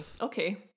Okay